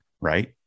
Right